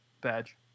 badge